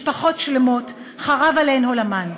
משפחות שלמות, חרב עליהן עולמן.